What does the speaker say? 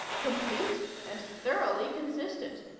complete and thoroughly consistent.